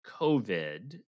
COVID